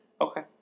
Okay